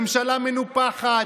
ממשלה מנופחת,